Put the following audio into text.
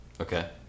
okay